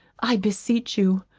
i beseech you,